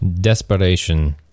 Desperation